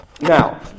Now